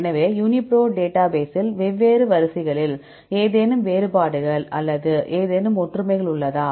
எனவே UniProt data பேசில் வெவ்வேறு வரிசைகளில் ஏதேனும் வேறுபாடுகள் அல்லது ஏதேனும் ஒற்றுமைகள் உள்ளதா